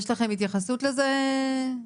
יש לכם התייחסות לזה, אורי?